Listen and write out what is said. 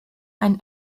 ein